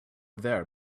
there